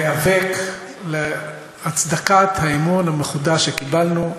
אבל אנחנו ממשיכים להיאבק להצדקת האמון המחודש שקיבלנו,